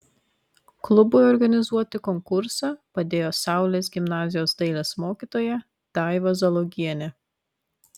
klubui organizuoti konkursą padėjo saulės gimnazijos dailės mokytoja daiva zalogienė